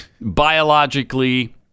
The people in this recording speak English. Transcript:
biologically